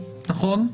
נכון?